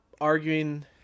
arguing